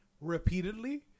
repeatedly